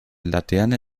laterne